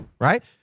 Right